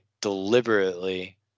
deliberately